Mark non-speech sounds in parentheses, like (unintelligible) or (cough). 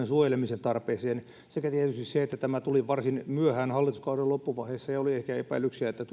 (unintelligible) suojelemisen tarpeeseen sekä tietysti se että tämä tuli varsin myöhään hallituskauden loppuvaiheessa ja oli ehkä epäilyksiä että (unintelligible)